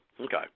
Okay